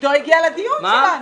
עידו הגיע לדיון שלנו.